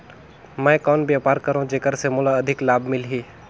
मैं कौन व्यापार करो जेकर से मोला अधिक लाभ मिलही?